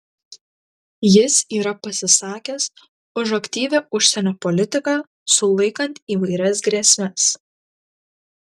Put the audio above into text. jis yra pasisakęs už aktyvią užsienio politiką sulaikant įvairias grėsmes